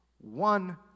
one